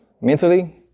mentally